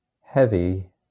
Heavy